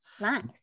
nice